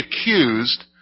accused